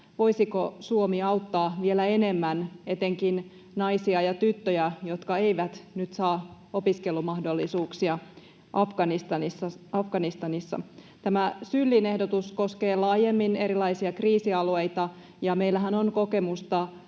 voisiko Suomi auttaa vielä enemmän etenkin naisia ja tyttöjä, jotka eivät nyt saa opiskelumahdollisuuksia Afganistanissa. Tämä SYLin ehdotus koskee laajemmin erilaisia kriisialueita, ja meillähän on kokemusta